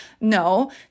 No